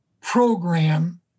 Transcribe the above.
program